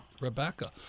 Rebecca